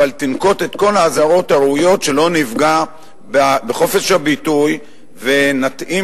אבל תנקוט את כל האזהרות הראויות שלא נפגע בחופש הביטוי ונתאים